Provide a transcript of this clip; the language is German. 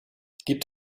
gibt